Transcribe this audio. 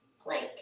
plank